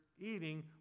eating